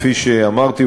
כפי שאמרתי,